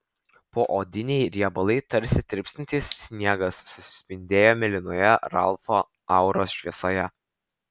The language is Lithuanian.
poodiniai riebalai tarsi tirpstantis sniegas suspindėjo mėlynoje ralfo auros šviesoje